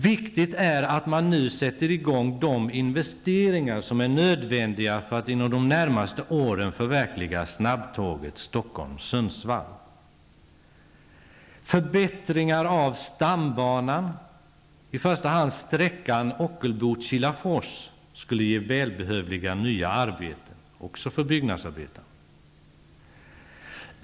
Viktigt är att man sätter i gång med de investereringar som är nödvändiga för att inom de närmaste åren förverkliga planerna på snabbtåg Stockholm-- Ockelbo--Kilafors, skulle ge välbehövliga nya arbeten, också för byggnadsarbetare.